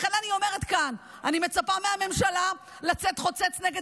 לכן אני אומרת כאן: אני מצפה מהממשלה לצאת חוצץ נגד